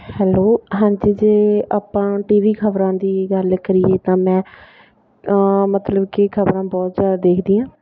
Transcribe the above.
hello ਹਾਂਜੀ ਜੇ ਆਪਾਂ ਟੀ ਵੀ ਖਬਰਾਂ ਦੀ ਗੱਲ ਕਰੀਏ ਤਾਂ ਮੈਂ ਮਤਲਬ ਕਿ ਖਬਰਾਂ ਬਹੁਤ ਜ਼ਿਆਦਾ ਦੇਖਦੀ ਹਾਂ